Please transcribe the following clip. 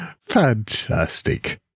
Fantastic